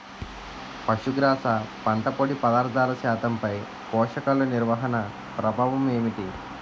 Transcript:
పశుగ్రాస పంట పొడి పదార్థాల శాతంపై పోషకాలు నిర్వహణ ప్రభావం ఏమిటి?